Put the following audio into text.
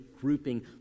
grouping